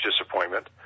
disappointment